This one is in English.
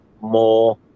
more